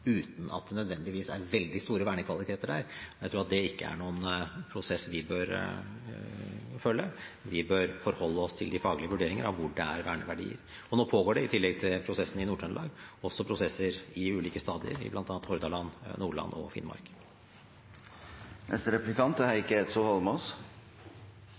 uten at det nødvendigvis er veldig store vernekvaliteter der. Jeg tror at det ikke er noen prosess vi bør følge. Vi bør forholde oss til de faglige vurderinger av hvor det er verneverdier. Nå pågår det, i tillegg til prosessen i Nord-Trøndelag, også prosesser i ulike stadier i bl.a. Hordaland, Nordland og Finnmark. Norge forvalter områder som er